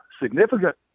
significant